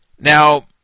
Now